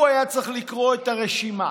הוא היה צריך לקרוא את הרשימה.